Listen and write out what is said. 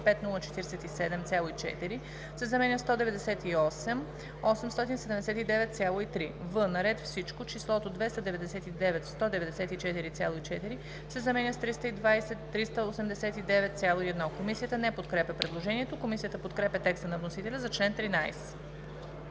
047,4“ се заменя със „198 879,3“. в) на ред Всичко числото „299 194,4“ се заменя с „320 389,1“.“ Комисията не подкрепя предложението. Комисията подкрепя текста на вносителя за чл. 13.